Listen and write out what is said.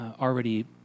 already